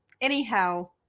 Anyhow